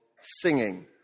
singing